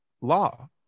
law